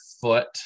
foot